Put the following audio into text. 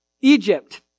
Egypt